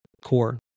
core